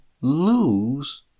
lose